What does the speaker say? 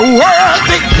worthy